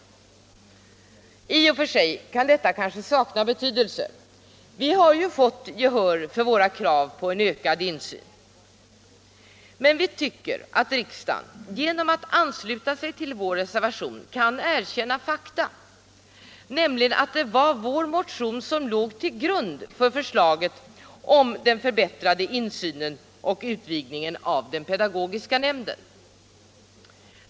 7 I och för sig kan detta kanske sakna betydelse — vi har ju fått gehör för våra krav på en ökad insyn. Men vi tycker att riksdagen genom att ansluta sig till vår reservation kan erkänna fakta, nämligen att det var vår motion som låg till grund för förslaget om den förbättrade insynen i och utvidgningen av pedagogiska nämnden.